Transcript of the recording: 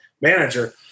manager